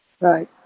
Right